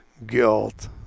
Guilt